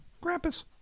Grampus